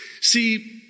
See